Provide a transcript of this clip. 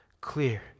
clear